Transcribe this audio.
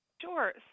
Sure